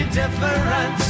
different